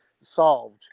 solved